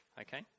okay